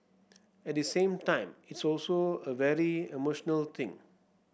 at the same time it's also a very emotional thing